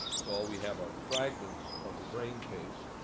so all we have are fragments of the brain case.